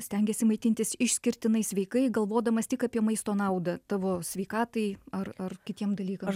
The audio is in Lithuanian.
stengiasi maitintis išskirtinai sveikai galvodamas tik apie maisto naudą tavo sveikatai ar ar kitiem dalykam